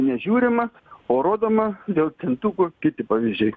nežiūrima o rodoma dėl centukų kiti pavyzdžiai